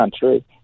country